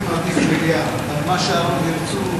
אני מעדיף מליאה, אבל מה שהחברים ירצו.